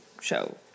show